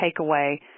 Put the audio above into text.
takeaway